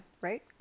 right